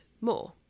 more